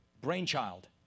brainchild